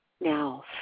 Now